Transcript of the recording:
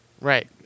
right